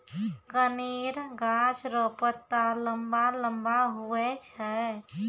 कनेर गाछ रो पत्ता लम्बा लम्बा हुवै छै